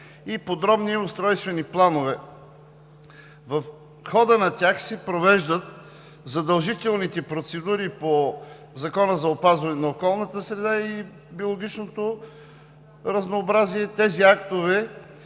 и подробни устройствени планове. В хода на тях се провеждат задължителните процедури по Закона за опазване на околната среда и Закона за биологичното разнообразие. Тези актове